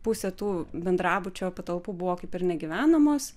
pusė tų bendrabučio patalpų buvo kaip ir negyvenamos